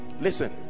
listen